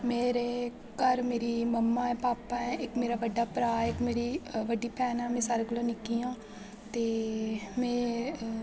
मेरे घर मेरी मम्मा पापा ऐ इक मेरा बड्डा भ्राऽ इक मेरी बड्डी भैन ऐ में सारे कोला निक्की आं ते में